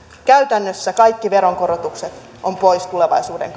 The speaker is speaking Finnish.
käytännössä kaikki veronkorotukset ovat pois tulevaisuuden